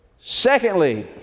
Secondly